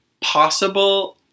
possible